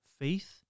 faith